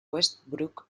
westbrook